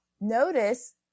Notice